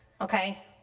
okay